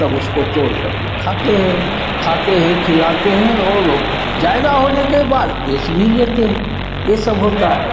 तब उसको तोड़ करके खाते है खाते है खाते हैं खिलाते हैं और ओ ज़्यादा होने के बाद बेच भी लेते हैं ये सब होता है